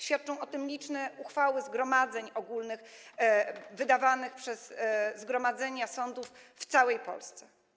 Świadczą o tym liczne uchwały zgromadzeń ogólnych wydawanych przez zgromadzenia sądów w całej Polsce.